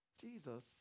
Jesus